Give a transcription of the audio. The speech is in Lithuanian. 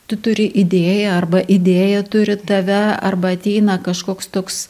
tu turi idėją arba idėja turi tave arba ateina kažkoks toks